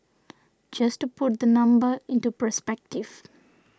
just to put the number into perspective